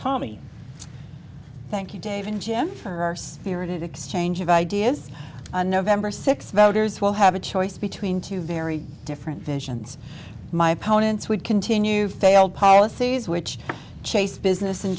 tommy thank you dave and jim for our spirited exchange of ideas on november sixth voters will have a choice between two very different visions my opponents would continue failed policies which chase business